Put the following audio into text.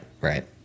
right